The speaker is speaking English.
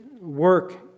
work